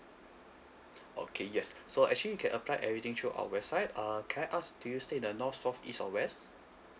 okay yes so actually you can apply everything through our website uh can I ask do you stay in the north south east or west